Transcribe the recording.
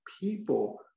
people